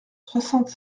soixante